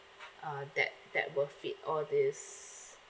uh that that will fit all these